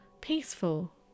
peaceful